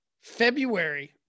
February